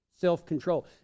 self-control